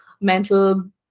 mental